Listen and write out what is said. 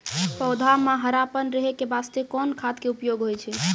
पौधा म हरापन रहै के बास्ते कोन खाद के उपयोग होय छै?